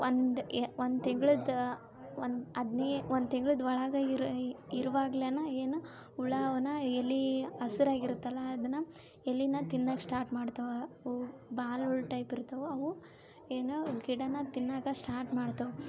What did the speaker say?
ಒಂದು ಎ ಒಂದು ತಿಂಗ್ಳ್ದ ಒಂದು ಅದನ್ನೇ ಒಂದು ತಿಂಗ್ಳ್ದ ಒಳಗೆ ಇರುವಾಗಲೇನ ಏನು ಹುಳ ಅವನ್ನ ಎಲೆ ಹಸಿರಾಗಿರತ್ತಲ್ಲ ಅದನ್ನ ಎಲೆನ ತಿನ್ನಕ್ಕೆ ಸ್ಟಾರ್ಟ್ ಮಾಡ್ತವಾ ಓ ಬಾಲ ಹುಳದ ಟೈಪ್ ಇರ್ತವು ಅವು ಏನು ಗಿಡನ ತಿನ್ನಕ್ಕೆ ಸ್ಟಾರ್ಟ್ ಮಾಡ್ತಾವೆ